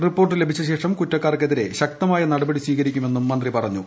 report ലഭിച്ചശേഷം കുറ്റക്കാർക്കെതിരെ ശക്തമായ നടപടി സ്വീകരിക്കുമെന്നും മന്ത്രി പറഞ്ഞു